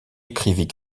écrivit